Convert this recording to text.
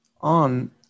on